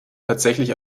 tatsächlich